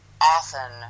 often